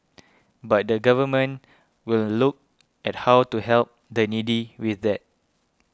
but the Government will look at how to help the needy with that